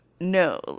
No